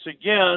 again